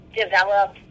develop